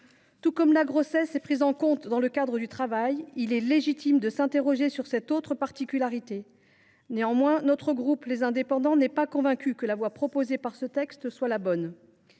Tout comme la grossesse est prise en compte dans le cadre du travail, il est légitime de s’interroger sur cette autre particularité. Néanmoins, le groupe Les Indépendants n’est pas convaincu que la voie proposée dans ce texte soit la bonne.